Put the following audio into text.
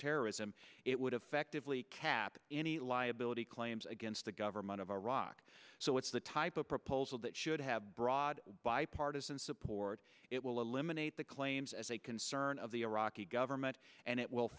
terrorism it would have affected lee kept any liability claims against the government of iraq so it's the type of proposal that should have broad bipartisan support it will eliminate the claims as a concern of the iraqi government and it will